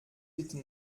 bitte